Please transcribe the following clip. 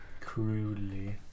Crudely